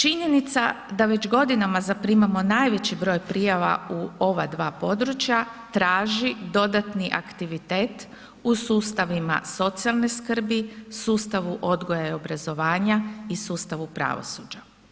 Činjenica je da već godinama zaprimamo najveći broj prijava u ova dva područja, traći dodatni aktivitet u sustavima socijalne skrbi, sustavu odgoja i obrazovanja i sustavu pravosuđa.